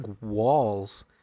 walls